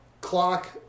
clock